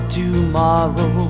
tomorrow